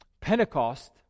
Pentecost